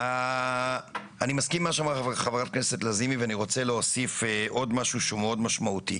אני רוצה להוסיף עוד משהו שהוא מאוד משמעותי: